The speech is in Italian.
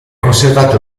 conservato